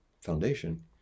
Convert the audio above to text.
foundation